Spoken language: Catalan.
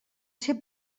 ser